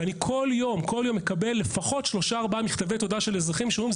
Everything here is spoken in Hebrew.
ואני כל יום מקבל לפחות שלושה-ארבעה מכתבי תודה של אזרחים שאומרים,